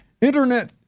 Internet